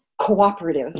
cooperative